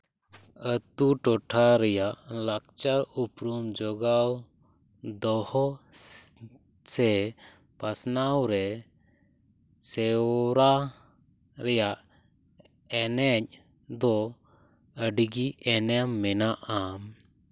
ᱟᱛᱳ ᱴᱚᱴᱷᱟ ᱨᱮᱭᱟᱜ ᱞᱟᱠᱪᱟᱨ ᱩᱯᱨᱩᱢ ᱡᱚᱜᱟᱣ ᱫᱚᱦᱚ ᱥᱮ ᱯᱟᱱᱟᱣ ᱨᱮ ᱥᱮᱨᱣᱟ ᱨᱮᱭᱟᱜ ᱮᱱᱮᱡ ᱫᱚ ᱟᱹᱰᱤᱜᱮ ᱮᱱᱮᱢ ᱢᱮᱱᱟᱜᱼᱟ